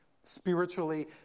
Spiritually